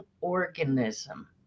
organism